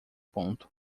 ponto